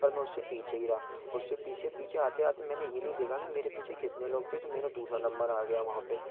पर मैं उससे पीछे ही रहा उससे पीछे पीछे आते आते मैंने ये नहीं देखा कि मेरे पीछे कितने लोग थे तो मेरा दूसरा नंबर आ गया वहाँ पर